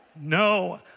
no